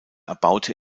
erbaute